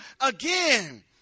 again